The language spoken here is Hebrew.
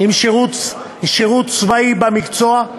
עם שירות צבאי במקצוע,